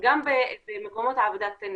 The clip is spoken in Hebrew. גם במקומות עבודה קטנים.